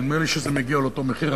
נדמה לי שזה מגיע לאותו מחיר.